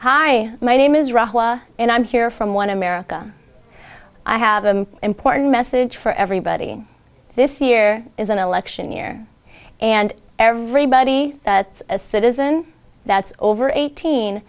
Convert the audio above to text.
hi my name is ra and i'm here from one america i have an important message for everybody this year is an election year and everybody that's a citizen that's over eighteen